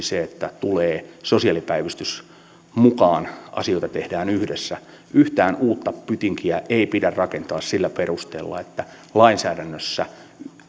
se että tulee sosiaalipäivystys mukaan asioita tehdään yhdessä yhtään uutta pytinkiä ei pidä rakentaa sillä perusteella että lainsäädännössä